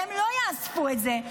הרי הם לא יאספו את זה.